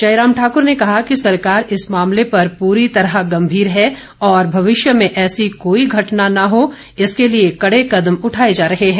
जयराम ठाकर ने कहा कि सरकार इस मामले पर पूरी तरह गंभीर है और भविष्य में ऐसी कोई घटना न हो इसके लिए कड़े कदम उठाए जा रहे हैं